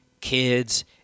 kids